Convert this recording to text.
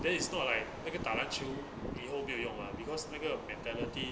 then it's not like 那个打篮球以后没有用 mah because 那个 mentality